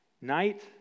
Night